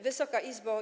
Wysoka Izbo!